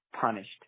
punished